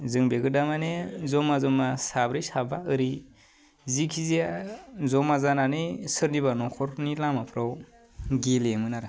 जों बेखौ दा माने ज'मा ज'मा साब्रै साबा ओरै जिखिजाया ज'मा जानानै सोरनिबा नखरनि लामाफ्राव गेलेयोमोन आरो